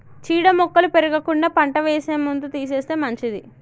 చీడ మొక్కలు పెరగకుండా పంట వేసే ముందు తీసేస్తే మంచిది